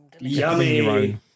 Yummy